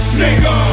nigga